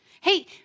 Hey